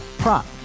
prop